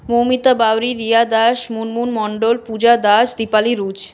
Moumita Bauri Riya Das Munmun Mondal Puja Das Dipali Ruj